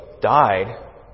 died